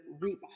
reap